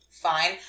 Fine